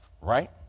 right